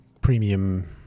Premium